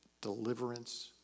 deliverance